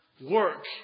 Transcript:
work